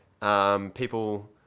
people